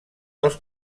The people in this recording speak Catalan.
els